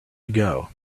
ago